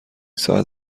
ساعت